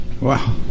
Wow